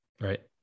right